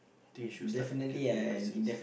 I think you should start getting your license